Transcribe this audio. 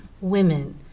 women